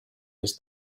this